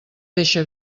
deixa